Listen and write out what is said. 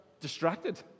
distracted